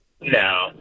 No